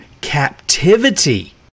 captivity